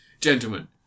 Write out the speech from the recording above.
gentlemen